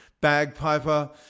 bagpiper